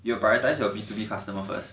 you prioritise your B two B customer first